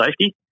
safety